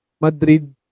Madrid